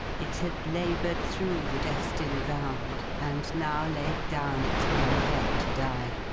it had laboured through the destined round, and now laid down its weary head to die.